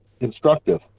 instructive